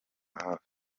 hafi